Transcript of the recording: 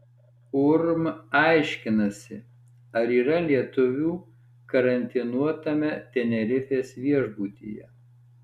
urm aiškinasi ar yra lietuvių karantinuotame tenerifės viešbutyje